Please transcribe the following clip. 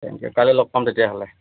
তেন্তে কাইলে লগ পাম তেতিয়াহ'লে